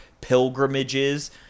pilgrimages